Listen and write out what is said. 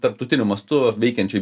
tarptautiniu mastu veikiančioj